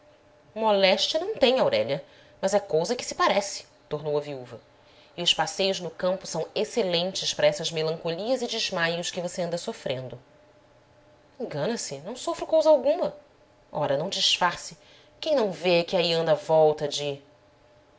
moléstia não tem aurélia mas é cousa que se parece tornou a viúva e os passeios no campo são excelentes para essas melancolias e desmaios que você anda sofrendo engana-se não sofro cousa alguma ora não disfarce quem não vê que aí anda volta de